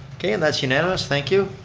okay, and that's unanimous, thank you.